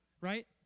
Right